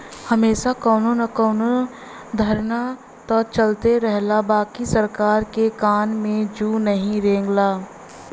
हमेशा कउनो न कउनो धरना त चलते रहला बाकि सरकार के कान में जू नाही रेंगला